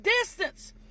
distance